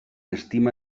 estima